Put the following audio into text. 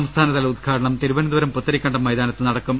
സംസ്ഥാനതല ഉദ്ഘാടനം തിരുവനന്തപുരം പുത്തരിക്കണ്ടം മൈതാനത്ത് നട്ടക്കും